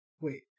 Wait